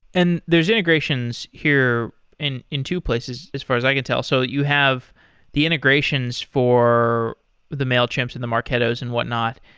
and there's integrations here in in two places as far as i can tell. so you have the integrations for the mailchimps and the marketos and whatnot,